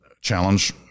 challenge